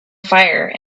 fire